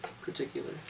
Particular